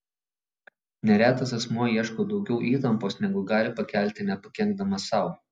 neretas asmuo ieško daugiau įtampos negu gali pakelti nepakenkdamas sau